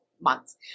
months